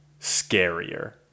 scarier